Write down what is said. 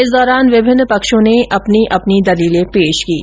इस दौरान विभिन्न पक्षों ने अपनी अपनी दलीलें पेश कीं